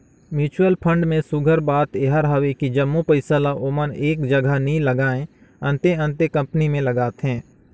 mutual fund में सुग्घर बात एहर हवे कि जम्मो पइसा ल ओमन एक जगहा नी लगाएं, अन्ते अन्ते कंपनी में लगाथें